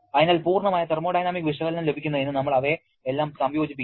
അതിനാൽ പൂർണ്ണമായ തെർമോഡൈനാമിക് വിശകലനം ലഭിക്കുന്നതിന് നമ്മൾ അവയെ എല്ലാം സംയോജിപ്പിക്കുന്നു